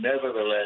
Nevertheless